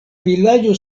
vilaĝo